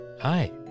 Hi